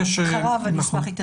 להרחיב.